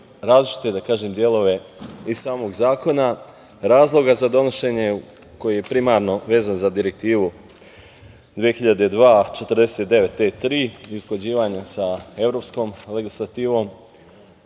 različite delove iz samog zakona. Razlog za donošenje je primarno vezan za Direktivu 2002/49/E3 i usklađivanje sa evropskom legislativom.